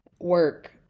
work